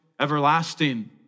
everlasting